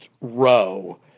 row